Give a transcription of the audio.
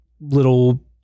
little